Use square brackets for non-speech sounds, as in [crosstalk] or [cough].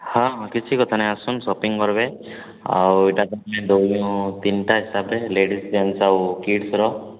ହଁ ହଁ କିଛି କଥା ନାହିଁ ଆସନ୍ତୁ ସପିଂ କରିବେ ଆଉ ଏଇଟା [unintelligible] ତିନିଟା [unintelligible] ଲେଡ଼ିଜ୍ ଜେଣ୍ଟସ୍ ଆଉ କିଡ଼ସ୍ର